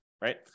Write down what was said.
right